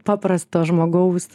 paprasto žmogaus